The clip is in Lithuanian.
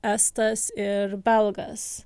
estas ir belgas